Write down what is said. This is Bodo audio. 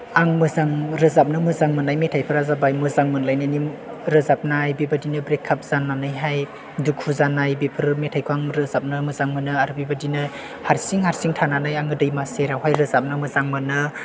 आं मोजां रोजाबनो मोजां मोननाय मेथाइफोरा जाबाय मोजां मोनलायनायनि रोजाबनाय बेबायदिनो ब्रेकआप जानानैहाय दुखु जानाय बेफोर मेथाइखौ आं रोजाबनो मोजां मोनो आरो बेबायदिनो हारसिं हारसिं थानानै आं दैमा सेरावहाय रोजाबनो मोजां मोनो